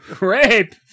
Rape